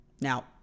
Now